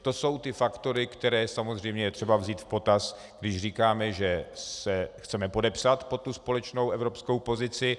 To jsou ty faktory, které samozřejmě je třeba vzít v potaz, když říkáme, že se chceme podepsat pod společnou evropskou pozici.